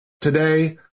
Today